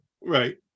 Right